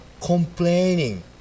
complaining